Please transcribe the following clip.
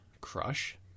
Crush